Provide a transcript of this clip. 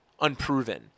unproven